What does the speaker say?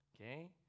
okay